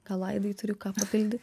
gal aidai turi ką papildyt